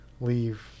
leave